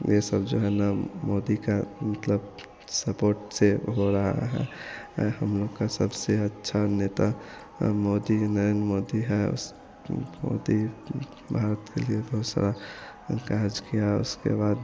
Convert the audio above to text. यह सब जो है ना हर जगह मोदी का सपोर्ट से हो रहा है यह हमलोग का सबसे अच्छा नेता मोदी है नरेन्द्र मोदी है उस मोदी भारत के लिए बहुत सारा काज किया उसके बाद